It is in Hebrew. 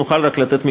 נוכל רק לתת מקדמות.